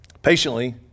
Patiently